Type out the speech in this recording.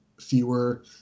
fewer